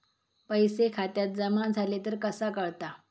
पैसे खात्यात जमा झाले तर कसा कळता?